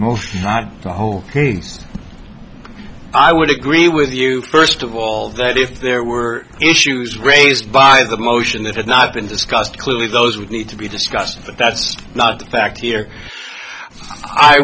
that the whole i would agree with you first of all that if there were issues raised by the motion that had not been discussed clearly those would need to be discussed but that's not the fact here i